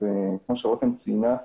וכמו שרותם ציינה,